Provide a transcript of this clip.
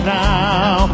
now